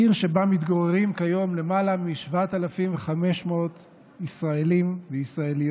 עיר שבה מתגוררים כיום למעלה מ-7,500 ישראלים וישראליות.